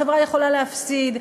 החברה יכולה להפסיד,